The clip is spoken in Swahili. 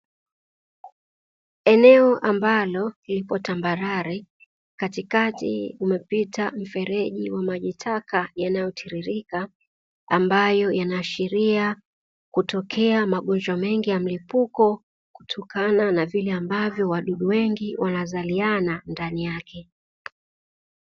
Eneo ambalo lipo tambarare, katikati umepita mfereji wa majitaka yanayotiririka ambayo yanaashiria kutokea magonjwa mengi ya mlipuko kutokana na vile ambavyo wadudu wengi wanazaliana ndani yake.